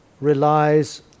relies